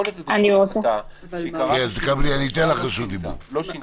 יכולה להיות לדוגמה החלטה שהיא קראה לשינוי והממשלה לא שינתה,